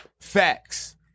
Facts